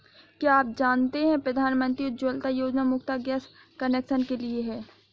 क्या आप जानते है प्रधानमंत्री उज्ज्वला योजना मुख्यतः गैस कनेक्शन के लिए है?